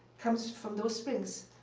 comes from those springs.